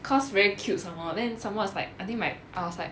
cause very cute some more then some more is like I think like I was like